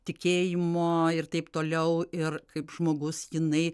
tikėjimo ir taip toliau ir kaip žmogus jinai